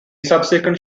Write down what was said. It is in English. subsequent